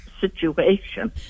situation